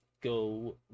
go